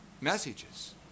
messages